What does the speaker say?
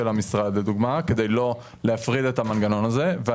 המשרד לדוגמה כדי לא להפריד את המנגנון הזה.